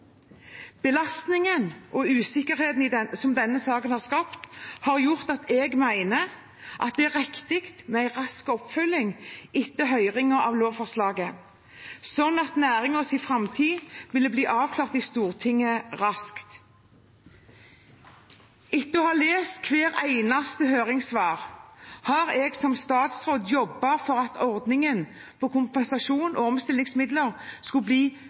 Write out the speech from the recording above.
Belastningen og usikkerheten som denne saken har skapt, har gjort at jeg mener det var riktig med en rask oppfølging etter høringen av lovforslaget, slik at næringens framtid raskt ville bli avklart i Stortinget. Etter å ha lest hvert eneste høringssvar har jeg som statsråd jobbet for at ordningene for kompensasjon og omstillingsmidler skal bli